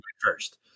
first